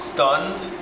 Stunned